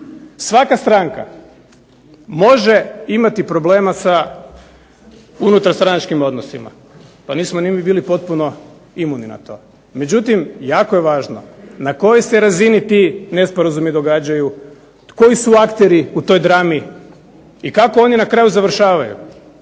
Svaka stranka može imati problema sa unutarstranačkim odnosima. Pa nismo ni mi bili potpuno imuni na to, međutim jako je važno na kojoj se razini ti nesporazumi događaju, koji su akteri u toj drami i kako oni na kraju završavaju.